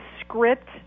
script